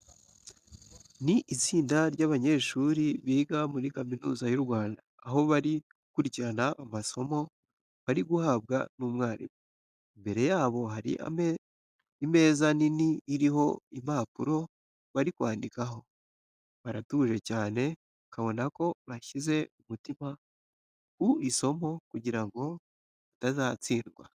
Ni itsinda ry'abanyeshuri biga muri kaminuza y'u Rwanda, aho bari gukurikirana amasomo bari guhabwa n'umwarimu. Imbere yabo hari imeza nini iriho impapuro bari kwandikaho, baratuje cyane ubona ko bashyize umutima ku isomo kugira ngo batazatsindwa.